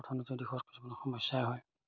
অৰ্থনৈতিক দিশত কিছুমান সমস্যা হয়